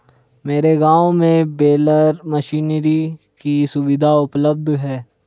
मेरे गांव में बेलर मशीनरी की सुविधा उपलब्ध है